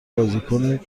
بازیکن